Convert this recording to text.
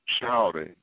shouting